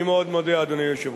אני מאוד מודה, אדוני היושב-ראש.